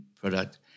product